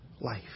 life